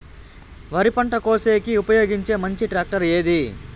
వరి పంట కోసేకి ఉపయోగించే మంచి టాక్టర్ ఏది?